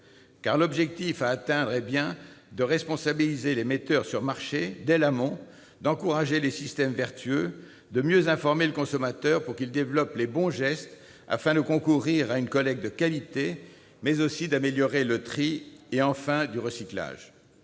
L'objectif à atteindre est bien de responsabiliser les metteurs sur marché dès l'amont, d'encourager les systèmes vertueux, de mieux informer le consommateur pour qu'il développe les bons gestes afin de concourir à une collecte de qualité, mais aussi d'améliorer le système de tri et de recyclage.